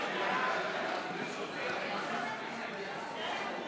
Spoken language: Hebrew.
להביע אי-אמון בממשלה לא נתקבלה.